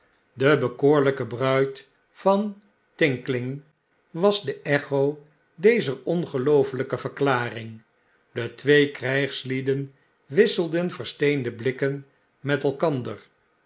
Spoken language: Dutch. de bekoorlyke bruid van tinkling was de echo dezer ongeloofelyke verklaring de twee krygslieden wisselden versteende blikken met elkander